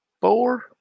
four